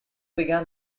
began